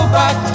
back